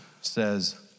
says